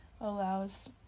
allows